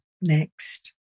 next